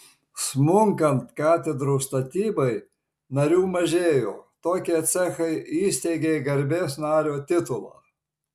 smunkant katedrų statybai narių mažėjo tokie cechai įsteigė garbės nario titulą